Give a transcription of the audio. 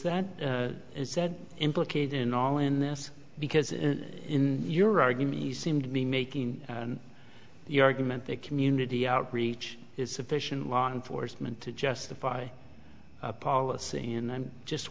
that is said implicate in all in this because in your argument he seemed to be making the argument that community outreach is sufficient law enforcement to justify a policy and i'm just